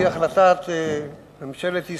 על-פי החלטת ממשלת ישראל,